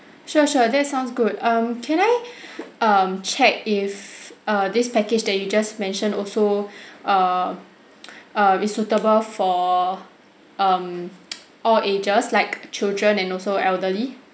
sure sure that sounds good um can I um check if err this package that you just mentioned also err err is suitable for um all ages like children and also elderly